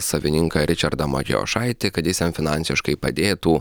savininką ričardą matijošaitį kad jis jam finansiškai padėtų